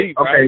okay